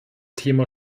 thema